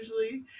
usually